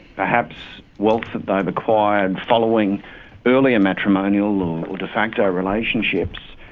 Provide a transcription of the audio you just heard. perhaps wealth that they've acquired following earlier matrimonial or de facto relationships.